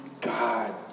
God